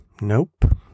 Nope